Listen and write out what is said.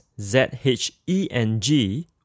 Z-H-E-N-G